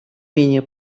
менее